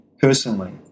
personally